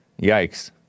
Yikes